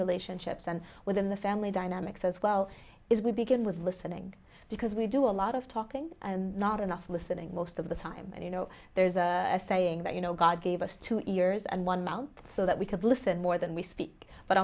relationships and within the family dynamics as well is we begin with listening because we do a lot of talking and not enough listening most of the time and you know there's a saying that you know god gave us two ears and one mouth so that we could listen more than we speak but